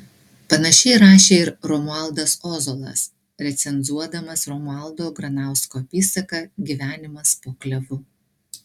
panašiai rašė ir romualdas ozolas recenzuodamas romualdo granausko apysaką gyvenimas po klevu